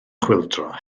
chwyldro